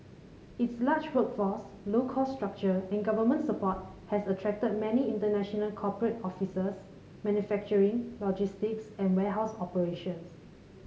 its large workforce low cost structure and government support has attracted many international corporate officers manufacturing logistics and warehouse operations